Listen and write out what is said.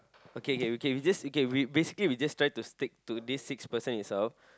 okay K K K we just okay we basically we just try to stick to this to this six person itself